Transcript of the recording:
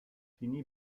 finì